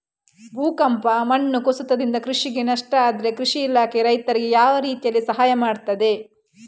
ಭೂಕಂಪ, ಮಣ್ಣು ಕುಸಿತದಿಂದ ಕೃಷಿಗೆ ನಷ್ಟ ಆದ್ರೆ ಕೃಷಿ ಇಲಾಖೆ ರೈತರಿಗೆ ಯಾವ ರೀತಿಯಲ್ಲಿ ಸಹಾಯ ಮಾಡ್ತದೆ?